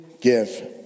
give